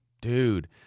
dude